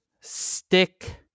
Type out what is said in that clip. stick